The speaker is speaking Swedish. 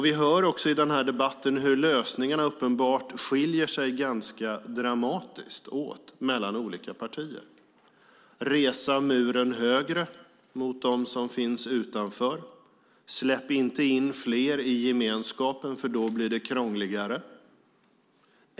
Vi hör också i denna debatt hur lösningarna uppenbart skiljer sig åt ganska dramatiskt mellan olika partier. Det talas om att resa muren högre mot dem som finns utanför och att inte släppa in fler i gemenskapen eftersom det då blir krångligare.